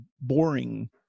boring